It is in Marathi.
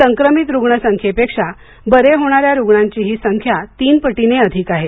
संक्रमित रुग्ण संख्येपेक्षा बरे होणाऱ्या रुग्णांची ही संख्या तीन पटीने अधिक आहे